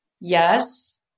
Yes